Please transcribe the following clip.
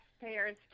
taxpayers